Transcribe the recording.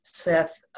Seth